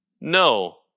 No